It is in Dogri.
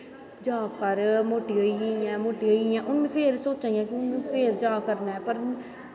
जां कर मोटी होई गेई ऐं मोटी होई गेई ऐं हून में फिर सोचा नी आं फिर जाना ऐ